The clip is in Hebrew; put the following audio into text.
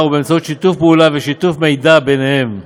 ובאמצעות שיתוף פעולה ושיתוף מידע ביניהם,